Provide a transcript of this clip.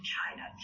China